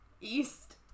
east